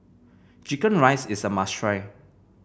chicken rice is a must try